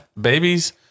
babies